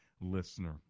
listener